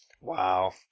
Wow